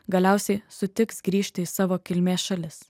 galiausiai sutiks grįžti į savo kilmės šalis